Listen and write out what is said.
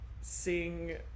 seeing